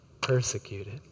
Persecuted